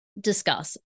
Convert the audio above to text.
discuss